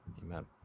amen